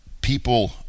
people